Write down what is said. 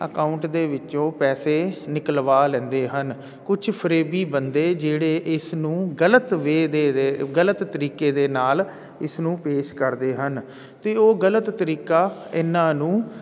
account ਦੇ ਵਿੱਚੋਂ ਪੈਸੇ ਨਿਕਲਵਾ ਲੈਂਦੇ ਹਨ ਕੁਛ ਫਰੇਬੀ ਬੰਦੇ ਜਿਹੜੇ ਇਸ ਨੂੰ ਗਲਤ ਵੇਅ ਦੇ ਗਲਤ ਤਰੀਕੇ ਦੇ ਨਾਲ ਇਸ ਨੂੰ ਪੇਸ਼ ਕਰਦੇ ਹਨ ਅਤੇ ਉਹ ਗਲਤ ਤਰੀਕਾ ਇਹਨਾਂ ਨੂੰ